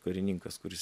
karininkas kuris